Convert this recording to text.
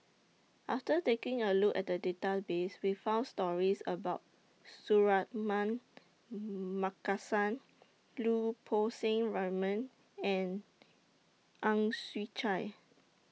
after taking A Look At The Database We found stories about Suratman Markasan Lau Poo Seng Raymond and Ang Chwee Chai